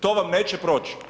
To vam neće proći.